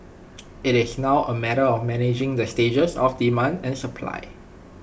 IT is now A matter of managing the stages of demand and supply